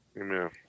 Amen